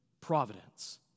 providence